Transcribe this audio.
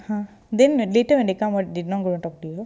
!huh! then later when they come what they not going to talk to